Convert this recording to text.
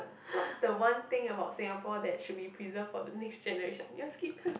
what's the one thing about Singapore that should be preserved for the next generation you want to skip